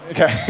Okay